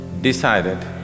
decided